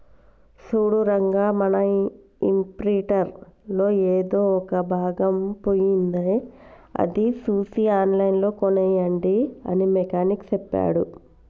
సూడు రంగా మన ఇంప్రింటర్ లో ఎదో ఒక భాగం పోయింది అది సూసి ఆన్లైన్ లో కోనేయండి అని మెకానిక్ సెప్పాడు